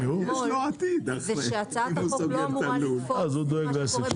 זה שהצעת החוק לא אמורה לתפוס מה מה שקורה בתוך האינטגרציה.